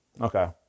Okay